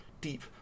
deep